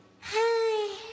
Hi